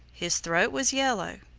his throat was yellow.